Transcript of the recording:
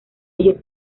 ellos